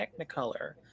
Technicolor